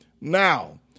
Now